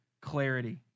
clarity